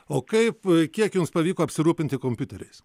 o kaip kiek jums pavyko apsirūpinti kompiuteriais